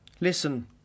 Listen